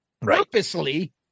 purposely